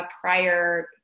prior